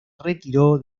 retiró